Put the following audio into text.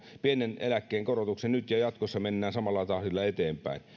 pienen eläkkeen korotuksen nyt ja jatkossa mennään samalla tahdilla eteenpäin